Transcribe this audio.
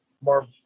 more